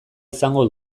izango